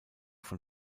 von